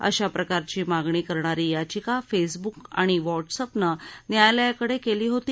अशा प्रकारची मागणी करणारी याचिका फेसब्क आणि व्हॉट्सअॅपनं न्यायालयाकडे केली होती